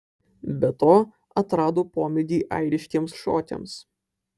be to atrado pomėgį airiškiems šokiams